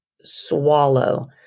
swallow